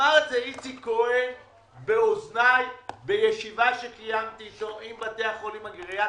אמר את זה איציק כהן באוזניי בישיבה שקיימתי עם בתי החולים הגריאטריים.